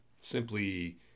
Simply